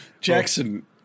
Jackson